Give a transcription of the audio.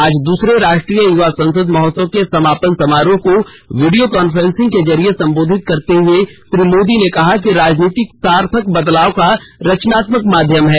आज दूसरे राष्ट्रीय युवा संसद महोत्सव के समापन समारोह को वीडियो काफ्रेंसिंग के जरिये संबोधित करते हुए श्री मोदी ने कहा कि राजनीति सार्थक बदलाव का रचनात्मक माध्यम है